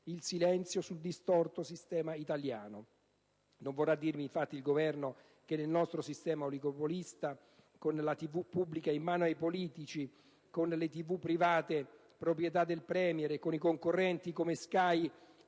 il silenzio sul distorto sistema italiano. Non vorrà dirmi infatti il Governo che nel nostro sistema oligopolista, con la tv pubblica in mano ai politici, con le tv private proprietà del *premier* e con i concorrenti come Sky